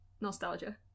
nostalgia